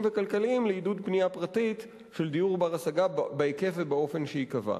וכלכליים לעידוד בנייה פרטית של דיור בר-השגה בהיקף ובאופן שייקבע.